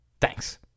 Thanks